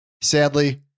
Sadly